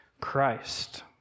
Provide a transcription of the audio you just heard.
Christ